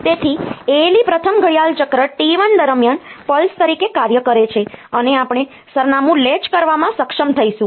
તેથી ALE પ્રથમ ઘડિયાળ ચક્ર T1 દરમિયાન પલ્સ તરીકે કાર્ય કરે છે અને આપણે સરનામું લૅચ કરવામાં સક્ષમ થઈશું